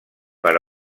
per